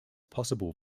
possible